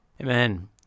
Amen